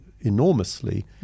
enormously